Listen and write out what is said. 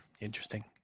interesting